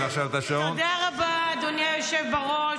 תודה רבה, אדוני היושב בראש.